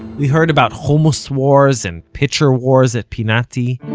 we heard about hummus wars, and pitcher wars at pinati.